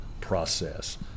process